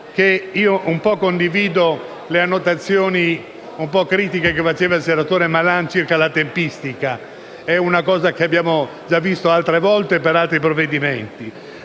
che condivido le annotazioni un po' critiche del senatore Malan circa la tempistica, che abbiamo già visto diverse volte per altri provvedimenti.